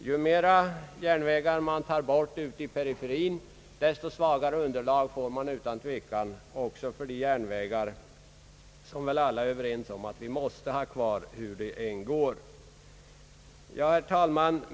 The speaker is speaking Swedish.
Ju flera järnvägar man tar bort ute i periferien, desto svagare underlag får man också för de järnvägar som vi alla är överens om att vi måste ha kvar, hur de än går. Herr talman!